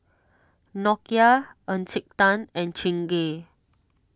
Nokia Encik Tan and Chingay